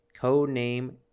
Codename